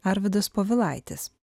arvydas povilaitis